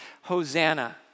Hosanna